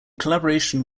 collaboration